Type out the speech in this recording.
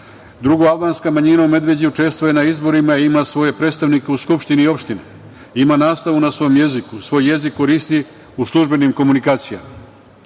žive. Drugo, albanska manjina u Medveđi često je na izborima i ima svoje predstavnike u skupštini opštine, ima nastavu na svom jeziku, svoj jezik koristi u službenim komunikacijama.